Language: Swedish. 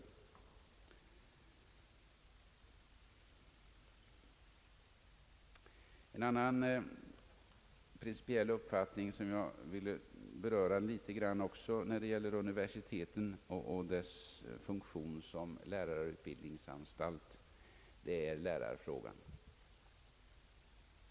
En annan principiell angelägenhet som jag litet grand vill beröra gäller universitetens lärarfråga mot bakgrunden av deras funktion som lärarutbildningsanstalter.